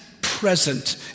present